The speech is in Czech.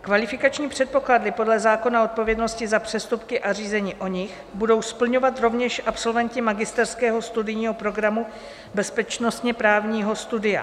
Kvalifikační předpoklady podle zákonné odpovědnosti za přestupky a řízení o nich budou splňovat rovněž absolventi magisterského studijního programu bezpečnostněprávního studia.